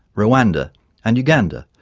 rwanda and uganda,